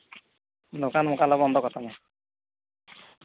ᱫᱚᱠᱟᱱ ᱢᱚᱠᱟᱱ ᱞᱮ ᱵᱚᱱᱫᱚ ᱠᱟᱛᱟᱢᱟ